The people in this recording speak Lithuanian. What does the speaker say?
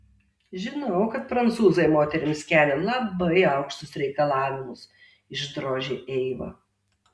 žinau kad prancūzai moterims kelia labai aukštus reikalavimus išdrožė eiva